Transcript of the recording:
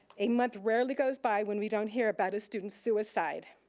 a month rarely goes by when we don't hear about a student's suicide.